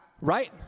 Right